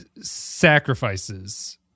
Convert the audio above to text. sacrifices